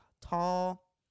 tall